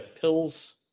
pills